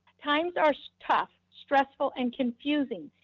times are tough, stressful and confusing.